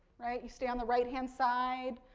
right, you stay on the right hand side,